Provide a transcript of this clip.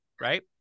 right